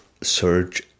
search